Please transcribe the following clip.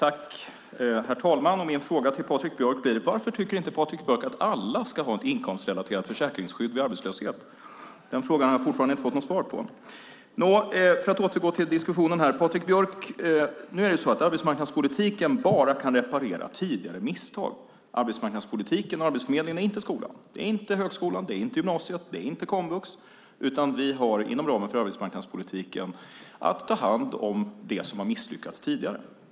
Herr talman! Min fråga till Patrik Björck är: Varför tycker inte Patrik Björck att alla ska ha ett inkomstrelaterat försäkringsskydd vid arbetslöshet? Den frågan har jag fortfarande inte fått något svar på. Arbetsmarknadspolitiken kan bara reparera tidigare misstag - arbetsmarknadspolitiken och Arbetsförmedlingen. Det är inte högskolan, det är inte gymnasiet, det är inte komvux. Vi har inom ramen för arbetsmarknadspolitiken att ta hand om det som har misslyckats tidigare.